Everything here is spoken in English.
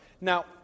Now